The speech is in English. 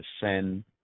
send